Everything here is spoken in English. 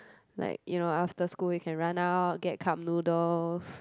like you know after school you can run out get cup noodles